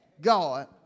God